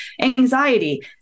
anxiety